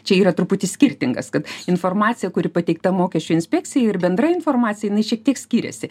čia yra truputį skirtingas kad informacija kuri pateikta mokesčių inspekcijai ir bendra informacija jinai šiek tiek skiriasi